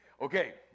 Okay